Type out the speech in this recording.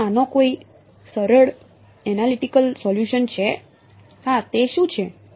શું આનો કોઈ સરળ એનલિટીકલ સોલ્યુસન છે હા તે શું છે